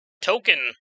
token